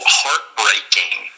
heartbreaking